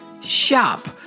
shop